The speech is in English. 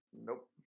Nope